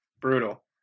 Brutal